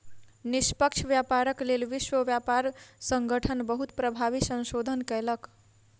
निष्पक्ष व्यापारक लेल विश्व व्यापार संगठन बहुत प्रभावी संशोधन कयलक